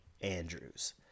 Andrews